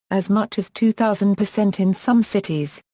as much as two thousand percent in some cities.